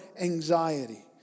anxiety